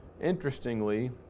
interestingly